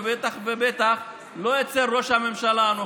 ובטח ובטח לא אצל ראש הממשלה הנוכחי.